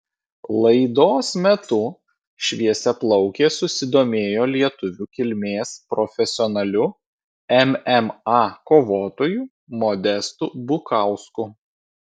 laidos metu šviesiaplaukė susidomėjo lietuvių kilmės profesionaliu mma kovotoju modestu bukausku